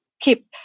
keep